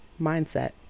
Mindset